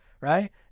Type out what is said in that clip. right